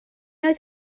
oedd